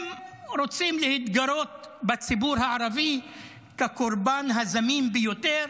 הם רוצים להתגרות בציבור הערבי כקורבן הזמין ביותר